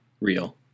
Real